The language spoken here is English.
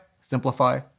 simplify